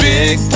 Big